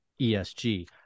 ESG